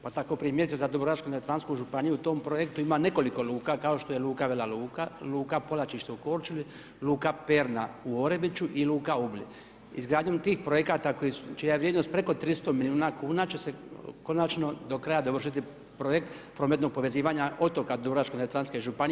Pa tako primjerice za Dubrovačko-neretvansku županiju u tom projektu ima nekoliko luka, kao što je luka Vela Luka, luka Polačište u Korčuli, Luka Perna u Orebiću i luka ... Izgradnjom tih projekta čija je vrijednost preko 300 milijuna kuna će se konačno do kraja dovršiti projekt prometnog povezivanja otoka Dubrovačko-neretvanske županije.